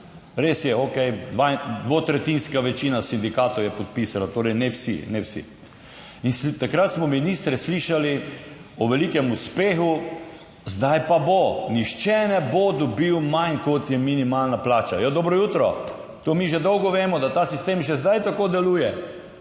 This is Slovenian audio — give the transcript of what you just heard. Res je, okej, dvotretjinska večina sindikatov je podpisala, torej ne vsi, ne vsi. In takrat smo ministre slišali o velikem uspehu, zdaj pa bo, nihče ne bo dobil manj kot je minimalna plača. Ja, dobro jutro. To mi že dolgo vemo, da ta sistem že zdaj tako deluje,